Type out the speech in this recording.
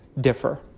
differ